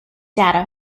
data